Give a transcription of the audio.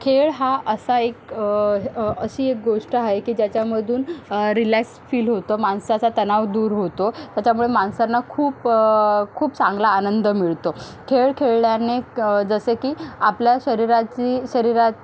खेळ हा असा एक अशी एक गोष्ट आहे की ज्याच्यामधून रिलॅक्स फील होतं माणसाचा तणाव दूर होतो त्याच्यामुळे माणसांना खूप खूप चांगला आनंद मिळतो खेळ खेळल्याने क जसे की आपल्या शरीराची शरीरात